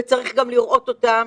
וצריך גם לראות אותם,